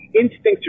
instincts